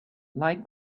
like